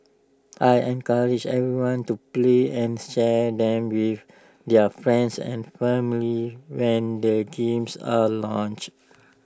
I encourage everyone to play and share them with their friends and family when the games are launched